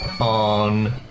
on